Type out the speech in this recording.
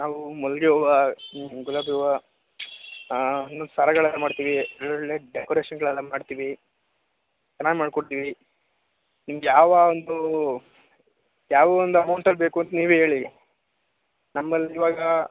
ನಾವೂ ಮಲ್ಲಿಗೆ ಹೂವಾ ಗುಲಾಬಿ ಹೂವಾ ಇನ್ನು ಸರಗಳೆಲ್ಲ ಮಾಡ್ತೀವಿ ಒಳ್ಳೊಳ್ಳೆ ಡೆಕೋರೇಷನ್ಗಳೆಲ್ಲ ಮಾಡ್ತೀವಿ ಚೆನ್ನಾಗಿ ಮಾಡಿಕೊಡ್ತೀವಿ ನಿಮಗೆ ಯಾವ ಒಂದು ಯಾವ ಒಂದು ಅಮೌಂಟಲ್ಲಿ ಬೇಕು ಅಂತ ನೀವೇ ಹೇಳಿ ನಮ್ಮಲ್ಲಿ ಇವಾಗ